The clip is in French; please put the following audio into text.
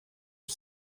une